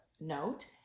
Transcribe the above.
note